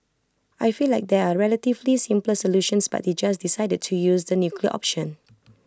I feel like there are relatively simpler solutions but they just decided to use the nuclear option